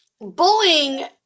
bullying